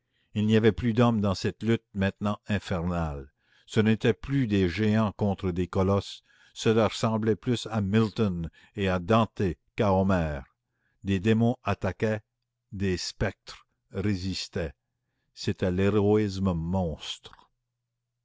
il n'y avait plus d'hommes dans cette lutte maintenant infernale ce n'étaient plus des géants contre des colosses cela ressemblait plus à milton et à dante qu'à homère des démons attaquaient des spectres résistaient c'était l'héroïsme monstre